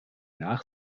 nach